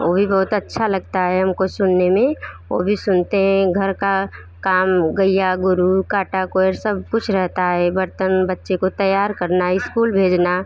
वो भी बहुत अच्छा लगता है हम को सुनने में वो भी सुनते हैं घर का काम गैया को दूध काटा कोई हर सब कुछ रहता है बर्तन बच्चे को तैयार करना ईस्कूल भेजना